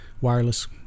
wireless